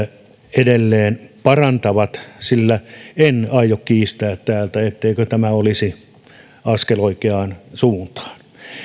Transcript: edelleen parantavat sillä en aio kiistää etteikö tämä olisi askel oikeaan suuntaan